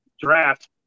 draft